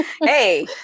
Hey